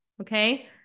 Okay